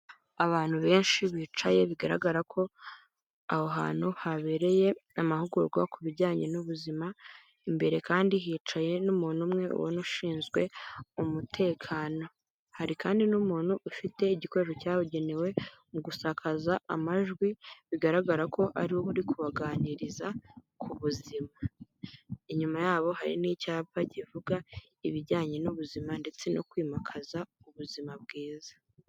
Abantu benshi bicaye bigaragara ko, aho hantu habereye amahugurwa ku bijyanye n'ubuzima, imbere kandi hicaye n'umuntu umwe ubona ushinzwe umutekano. Hari kandi n'umuntu ufite igikoresho cyabugenewe mu gusakaza amajwi, bigaragara ko ari uri kubaganiriza ku buzima. Inyuma yabo hari n'icyapa kivuga ibijyanye n'ubuzima ndetse no kwimakaza ubuzima bwiza.